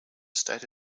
state